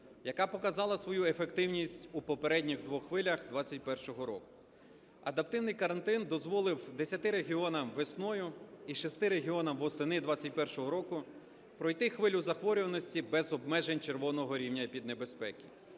яка показала свою ефективність у попередніх двох хвилях 2021 року. Адаптивний карантин дозволив десяти регіонам весною і шести регіонам восени 2021 року пройти хвилю захворюваності без обмежень червоного рівня епіднебезпеки,